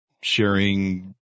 sharing